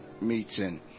meeting